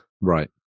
Right